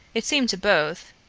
it seemed to both,